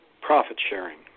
profit-sharing